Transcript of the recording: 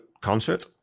concert